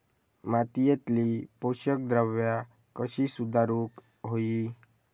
मातीयेतली पोषकद्रव्या कशी सुधारुक होई?